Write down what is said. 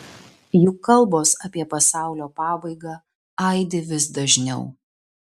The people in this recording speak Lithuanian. juk kalbos apie pasaulio pabaigą aidi vis dažniau